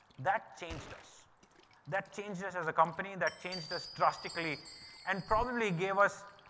that changed us that changed us as a company, that changed us drastically and probably gave us